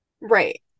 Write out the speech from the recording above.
Right